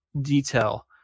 detail